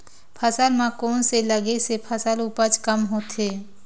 फसल म कोन से लगे से फसल उपज कम होथे?